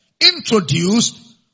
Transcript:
Introduced